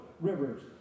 rivers